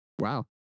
wow